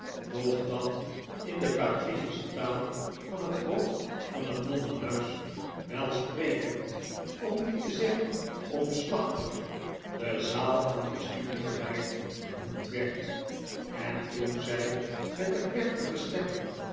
dat in de patricische taal van het hoofd van het nonnenhuis welsprekend om niet te zeggen omslachtig de zaal aan de studie gewijd genoemd werd en toen zjj met de plechtige stem